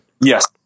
Yes